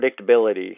predictability